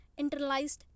internalized